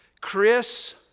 Chris